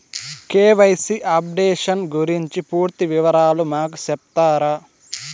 KYC updation గురించి పూర్తి వివరాలు మాకు సెప్తారా?